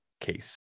case